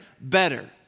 better